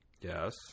Yes